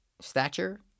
stature